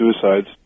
suicides